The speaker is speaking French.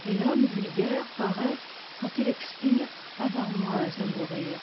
et l'homme vutgaire paraît quand il expire avoir moins à mourir